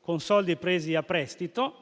con soldi presi a prestito,